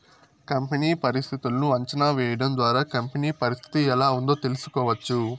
company పరిస్థితులను అంచనా వేయడం ద్వారా కంపెనీ పరిస్థితి ఎలా ఉందో తెలుసుకోవచ్చు